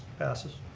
passes.